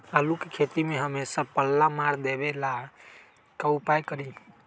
आलू के खेती में हमेसा पल्ला मार देवे ला का उपाय करी?